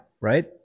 right